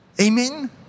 Amen